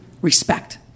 respect